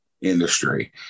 industry